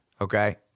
okay